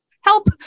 help